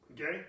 Okay